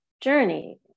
journey